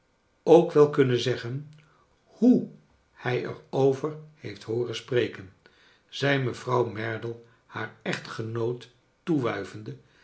ook wel kunnen zeggen hoe hij er over heeft hooren spreken zei mevrouw merdle haar echtgenoot